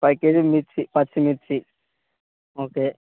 five KG మిర్చి పచ్చి మిర్చి ఓకే